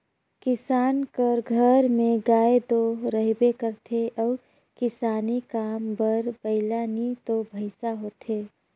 किसान कर घर में गाय दो रहबे करथे अउ किसानी काम बर बइला नी तो भंइसा होथे